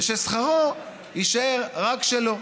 וששכרו יישאר רק שלו?